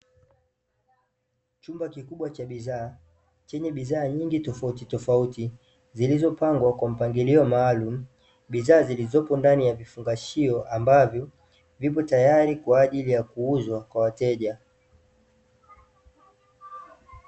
Chumba kikubwa cha bidhaa chenye bidhaa nyingi tofautitofauti, zilizopangwa kwa mpangilio maalumu, bidhaa zilizopo ndani ya vifungashio ambavyo vipo tayari kwa ajili ya kuuzwa kwa wateja.